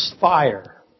fire